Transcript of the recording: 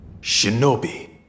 Shinobi